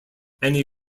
annie